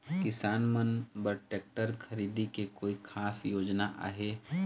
किसान मन बर ट्रैक्टर खरीदे के कोई खास योजना आहे?